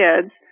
kids